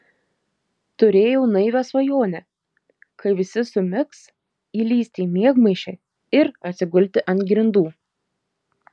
turėjau naivią svajonę kai visi sumigs įlįsti į miegmaišį ir atsigulti ant grindų